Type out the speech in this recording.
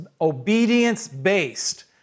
obedience-based